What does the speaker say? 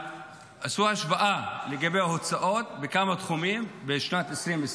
עשו השוואה לגבי ההוצאות בכמה תחומים בשנת 2020